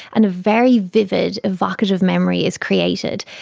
and a very vivid, evocative memory is created.